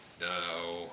No